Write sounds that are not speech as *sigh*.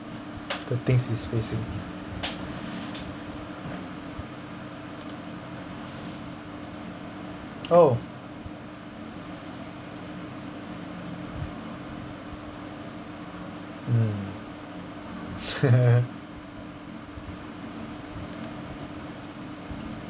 the thing is basic oh mm *laughs*